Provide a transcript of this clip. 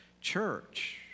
Church